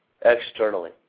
externally